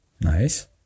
Nice